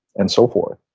and so forth.